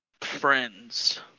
friends